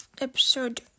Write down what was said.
episode